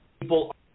People